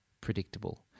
predictable